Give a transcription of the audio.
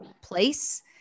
place